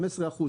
15%,